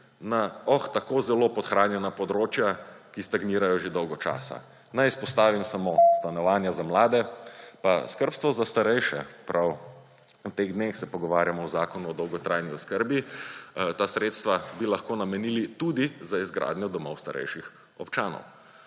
na, oh, tako zelo podhranjena področja, ki stagnirajo že dolgo časa. Naj izpostavim samo stanovanja za mlade pa skrbstvo za starejše. Prav v teh dneh se pogovarjamo o Zakonu o dolgotrajni oskrbi. Ta sredstva bi lahko namenili tudi za izgradnjo domov starejših občanov.